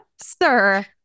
sir